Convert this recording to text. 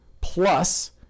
plus